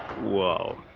whoa